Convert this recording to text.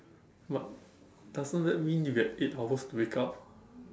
but doesn't that mean you get eight hours to wake up